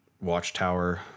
Watchtower